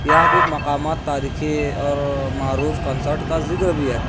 یہاں کچھ مقامات تاریخی اور معروف کنسرٹ کا ذکر بھی ہے